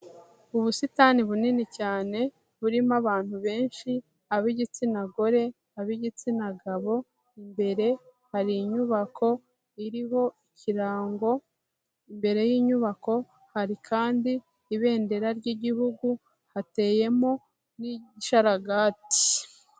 Ubusitani bunini cyane burimo abantu benshi ab'igitsina gore, ab'igitsina gabo, imbere hari inyubako iriho ikirango, imbere y'inyubako hari kandi ibendera ry'Igihugu, hateyemo n'igisharagati.